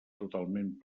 totalment